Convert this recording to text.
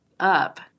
up